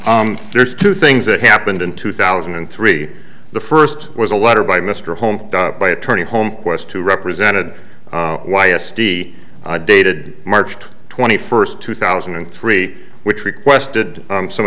there's two things that happened in two thousand and three the first was a letter by mr home by attorney home west who represented y s d dated march twenty first two thousand and three which requested some